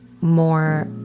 more